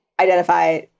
identify